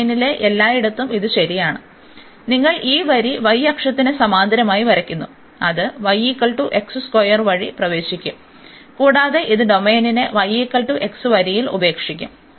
ഡൊമെയ്നിലെ എല്ലായിടത്തും ഇത് ശരിയാണ് നിങ്ങൾ ഈ വരി y അക്ഷത്തിന് സമാന്തരമായി വരയ്ക്കുന്നു അത് വഴി പ്രവേശിക്കും കൂടാതെ ഇത് ഡൊമെയ്നെ വരിയിൽ ഉപേക്ഷിക്കും